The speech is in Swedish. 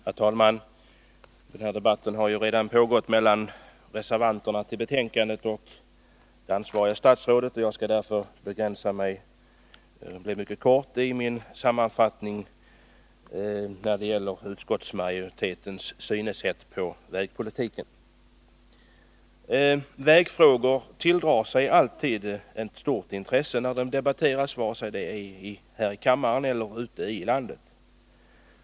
Herr talman! En debatt har redan förts mellan reservanterna till betänkandet och det ansvariga statsrådet. Jag skall därför begränsa min sammanfattning och bli kortfattad när jag redovisar utskottsmajoritetens syn på vägpolitiken. Vägfrågor tilldrar sig alltid stort intresse när de debatteras, oavsett om det är här i kammaren eller ute i landet.